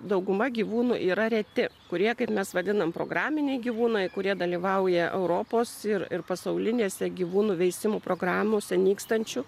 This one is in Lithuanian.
dauguma gyvūnų yra reti kurie kaip mes vadinam programiniai gyvūnai kurie dalyvauja europos ir ir pasaulinėse gyvūnų veisimo programose nykstančių